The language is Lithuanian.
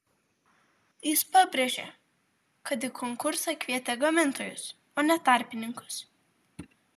jis pabrėžė kad į konkursą kvietė gamintojus o ne tarpininkus